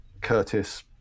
curtis